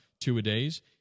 two-a-days